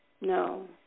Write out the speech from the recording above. No